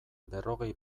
berrogei